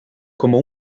como